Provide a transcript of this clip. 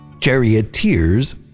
charioteers